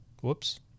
Whoops